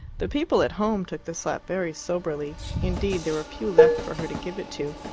the people at home took the slap very soberly indeed, there were few left for her to give it to.